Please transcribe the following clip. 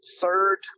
Third